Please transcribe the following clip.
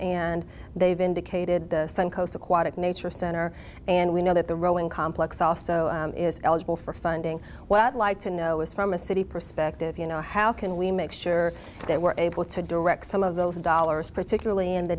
and they've indicated the suncoast aquatic nature center and we know that the rowing complex also is eligible for funding what i'd like to know is from a city perspective you know how can we make sure that we're able to direct some of those dollars particularly in the